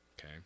okay